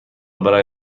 برای